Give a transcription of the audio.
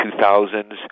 2000s